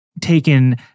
taken